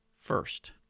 first